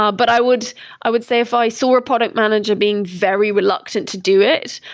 ah but i would i would say if i saw a product manager being very reluctant to do it,